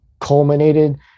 culminated